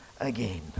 again